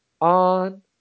on